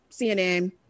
cnn